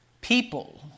People